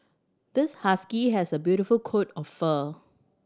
this husky has a beautiful coat of fur